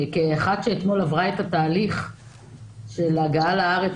כאחת שאתמול עברה את התהליך של הגעה לארץ,